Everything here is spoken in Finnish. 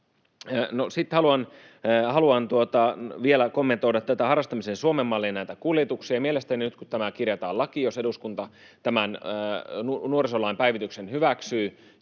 sitten haluan vielä kommentoida kuljetuksia harrastamisen Suomen mallissa. Mielestäni nyt, kun tämä kirjataan lakiin — jos eduskunta tämän nuorisolain päivityksen hyväksyy